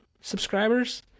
subscribers